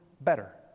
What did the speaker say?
better